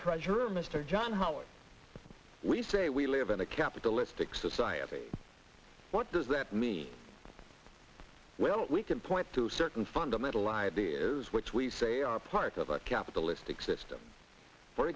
treasurer mr john howard we say we live in a capitalistic society what does that mean well we can point to certain fundamental idea is which we say are part of our capitalistic system for